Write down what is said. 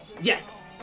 yes